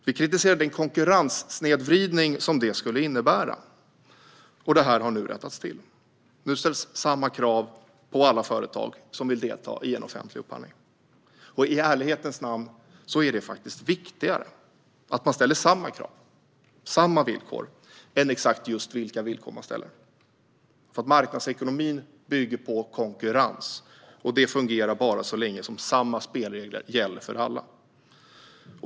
Vi kritiserade den konkurrenssnedvridning som det skulle innebära. Det här har nu rättats till. Nu ställs samma krav på alla företag som vill delta i en offentlig upphandling, och i ärlighetens namn är det faktiskt viktigare att man ställer samma krav och samma villkor än exakt vilka villkor man ställer. Marknadsekonomin bygger på konkurrens och fungerar bara så länge samma spelregler gäller för alla.